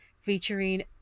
featuring